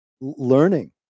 learning